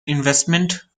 investment